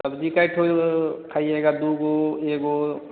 सब्जी कितना खाइएगा दो एक